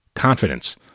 confidence